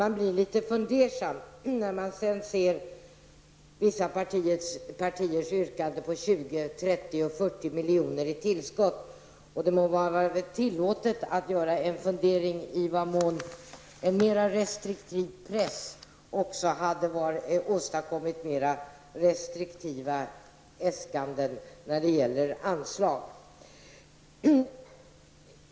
Man blir litet fundersam när man sedan ser vissa partiers yrkanden på 20, 30 eller 40 miljoner i tillskott. Det må vara tillåtet att fundera över i vad mån en mera restriktiv press skulle ha åstadkommit mera restriktiva äskanden när det gäller anslag.